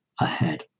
ahead